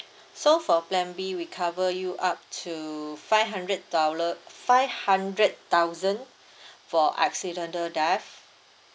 so for plan B we cover you up to five hundred dollar five hundred thousand for accidental death